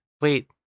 Wait